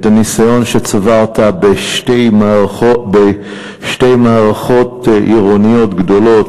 את הניסיון שצברת בשתי מערכות עירוניות גדולות,